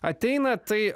ateina tai